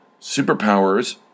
superpowers